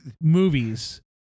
movies